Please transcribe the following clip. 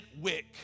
wick